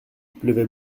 pleuvait